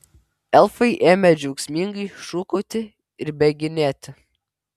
elfai ėmė džiaugsmingai šūkauti ir bėginėti